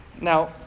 Now